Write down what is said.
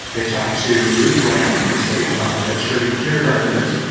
they talked to ruth graham from slate about redshirting kindergartners.